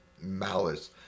malice